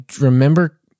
remember